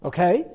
Okay